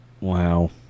Wow